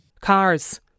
Cars